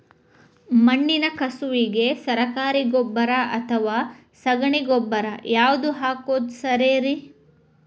ಮಣ್ಣಿನ ಕಸುವಿಗೆ ಸರಕಾರಿ ಗೊಬ್ಬರ ಅಥವಾ ಸಗಣಿ ಗೊಬ್ಬರ ಯಾವ್ದು ಹಾಕೋದು ಸರೇರಿ?